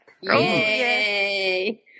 Yay